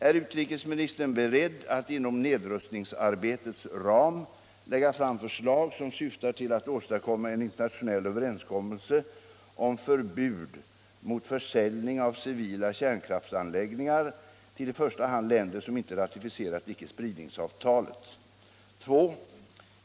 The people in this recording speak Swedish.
Är utrikesministern beredd att inom nedrustningsarbetets ram lägga fram förslag som syftar till att åstadkomma en internationell överenskommelse om förbud mot försäljning av civila kärnkraftsanläggningar till i första hand länder som inte ratificerat icke-spridningsavtalet? 2.